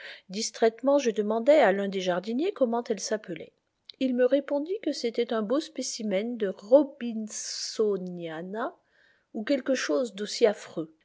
distraitement je demandai à l'un des jardiniers comment elle sappelait il me répondit que c'était un beau spécimen de robinsoniana ou quelque chose d'aussi affreux